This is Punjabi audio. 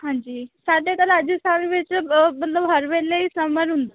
ਹਾਂਜੀ ਸਾਡੇ ਤਾਂ ਰਾਜਸਥਾਨ ਵਿੱਚ ਮਤਲਬ ਹਰ ਵੇਲੇ ਹੀ ਸਮਰ ਹੁੰਦਾ